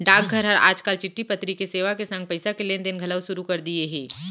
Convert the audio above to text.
डाकघर हर आज काल चिट्टी पतरी के सेवा के संग पइसा के लेन देन घलौ सुरू कर दिये हे